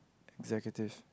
executive